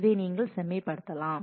இதை நீங்கள் செம்மைப்படுத்தலாம்